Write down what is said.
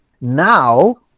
Now